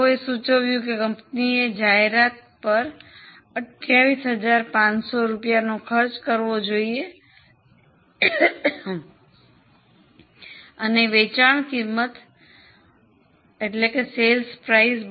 તેઓએ સૂચવ્યું કે કંપનીએ જાહેરાત પર 28500 ખર્ચ કરવો જોઈએ અને વેચાણ કિંમત 32 રાખવી જોઈએ